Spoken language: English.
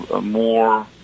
more